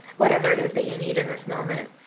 whatever it is that you need in this moment.